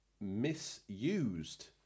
misused